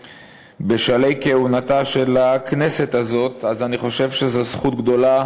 בשלהי כהונתה של הכנסת הזאת אני חושב שזאת זכות גדולה